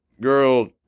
girl